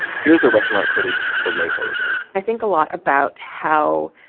here's the restaurant critic, soleil ho, again i think a lot about how,